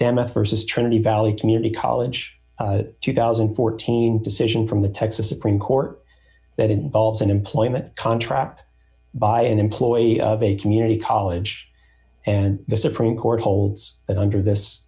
damage st as trinity valley community college two thousand and fourteen decision from the texas supreme court that involves an employment contract by an employee of a community college and the supreme court holds that under this